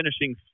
finishing